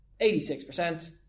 86%